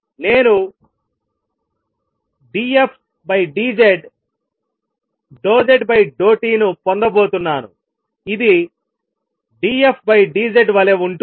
నేను dfdz∂z∂t ను పొందబోతున్నాను ఇది dfdz వలె ఉంటుంది